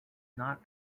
not